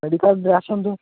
ମେଡ଼ିକାଲ୍ରେ ଆସନ୍ତୁ